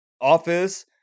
office